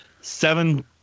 seven